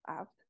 up